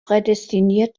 prädestiniert